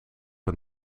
aan